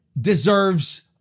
deserves